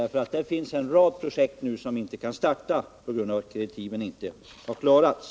Där finns en rad projekt som inte kan starta på grund av att frågan om kreditiv inte har lösts.